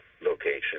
location